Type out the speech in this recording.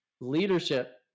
leadership